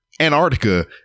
Antarctica